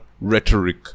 rhetoric